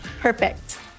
Perfect